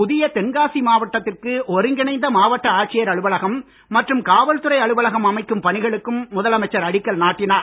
புதிய தென்காசி மாவட்டத்திற்கு ஒருங்கிணைந்த மாவட்ட ஆட்சியர் அலுவலகம் மற்றும் காவல்துறை அலுவலகம் அமைக்கும் பணிகளுக்கும் முதலமைச்சர் அடிக்கல் நாட்டினார்